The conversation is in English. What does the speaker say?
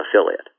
affiliate